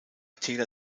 täler